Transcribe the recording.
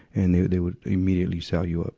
and they, they would immediately cell you up.